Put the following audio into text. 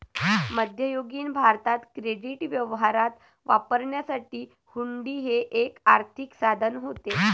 मध्ययुगीन भारतात क्रेडिट व्यवहारात वापरण्यासाठी हुंडी हे एक आर्थिक साधन होते